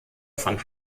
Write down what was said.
von